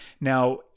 Now